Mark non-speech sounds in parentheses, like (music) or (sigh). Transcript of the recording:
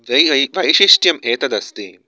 (unintelligible) वैशिष्ट्यम् एतद् अस्ति